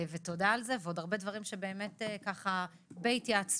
ותודה על כך, ועוד הרבה דברים שסייעת בהתייעצויות,